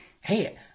hey